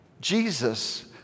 Jesus